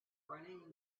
running